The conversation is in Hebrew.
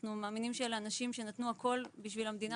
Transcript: אנחנו מאמינים שאלה אנשים שנתנו הכול בשביל המדינה